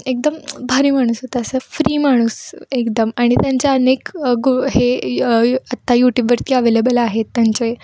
एकदम भारी माणूस होतं असं फ्री माणूस एकदम आणि त्यांचे अनेक गो हे आत्ता यूट्यूबवरती अवेलेबल आहेत त्यांचे